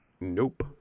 Nope